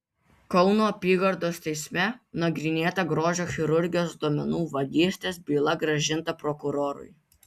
kauno apygardos teisme nagrinėta grožio chirurgijos duomenų vagystės byla grąžinta prokurorui